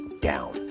down